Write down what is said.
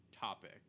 topic